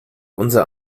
unser